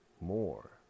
more